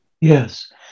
yes